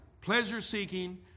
pleasure-seeking